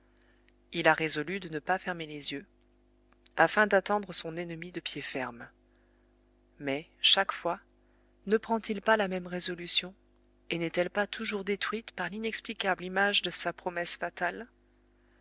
il a résolu de ne pas fermer les yeux afin d'attendre son ennemi de pied ferme mais chaque fois ne prend-il pas la même résolution et n'est-elle pas toujours détruite par l'inexplicable image de sa promesse fatale